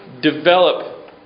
develop